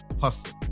hustle